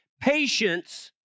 patience